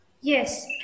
Yes